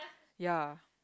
ya